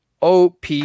OP